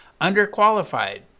underqualified